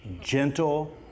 gentle